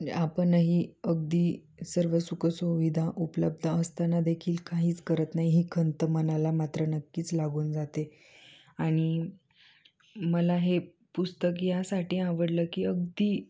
आपणही अगदी सर्व सुखसुविधा उपलब्ध असताना देखील काहीच करत नाही ही खंत मनाला मात्र नक्कीच लागून जाते आणि मला हे पुस्तक यासाठी आवडलं की अगदी